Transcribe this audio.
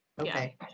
Okay